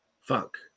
fuck